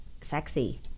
sexy